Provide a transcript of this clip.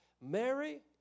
mary